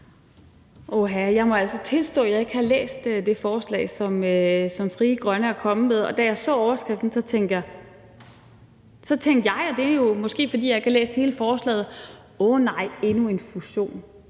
(RV): Jeg må altså tilstå, at jeg ikke har læst det forslag, som Frie Grønne er kommet med, og da jeg så overskriften, tænkte jeg, og det er jo måske, fordi jeg ikke har læst hele forslaget: Åh nej, endnu en fusion,